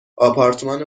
آپارتمان